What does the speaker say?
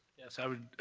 yes. i would